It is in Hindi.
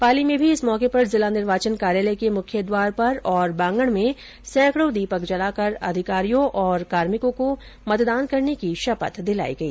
पाली में भी इस मौके पर जिला निर्वाचन कार्यालय के मुख्य द्वार पर और बांगड में सैंकड़ों दीपक जलाकर अधिकारियों और कार्मिकों को मतदान करने की शपथ दिलाई गई